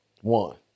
One